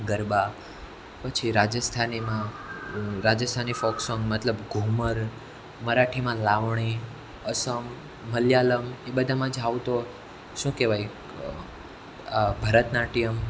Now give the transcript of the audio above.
ગરબા પછી રાજસ્થાનીમાં Rajasthani folk song મતલબ ઘૂમર મરાઠીમાં લાવણી અસમ મલયાલમ એ બધામાં જાઓ તો શું કેવાય ભરતનાટ્યમ